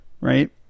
right